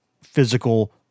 physical